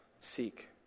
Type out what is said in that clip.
seek